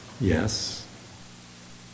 Yes